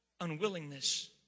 unwillingness